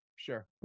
Sure